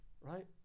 right